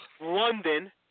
London